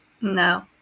No